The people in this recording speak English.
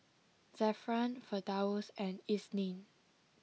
Zafran Firdaus and Isnin